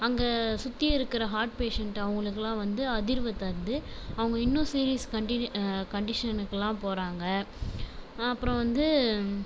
அங்கே சுற்றி இருக்கிற ஹார்ட் பேஷண்டு அவங்களுக்குலாம் வந்து அதிர்வை தருது அவங்க இன்னும் சீரியஸ் கண்டினி கண்டிஷனுக்குலாம் போகிறாங்க அப்புறம் வந்து